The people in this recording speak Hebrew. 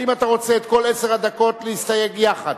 האם אתה רוצה את כל עשר הדקות להסתייג יחד?